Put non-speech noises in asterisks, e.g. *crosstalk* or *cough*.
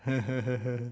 *laughs*